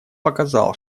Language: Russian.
показал